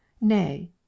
nay